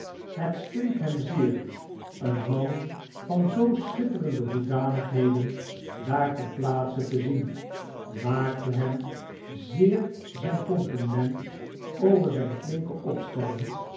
het speet hem zeer een man van zoo schitterende hoedanigheden daar ter plaatse te zien maakte hem zeer zijn compliment over zijn flinke opstellen